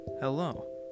Hello